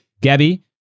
Gabby